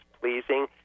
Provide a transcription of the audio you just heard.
pleasing